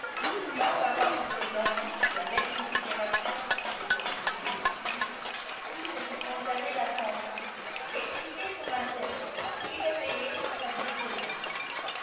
sans avoir pour le dentiste la même considération que pour m wingfield tout ce qui concernait la santé excitait son intérêt et éveillait sa bienveillance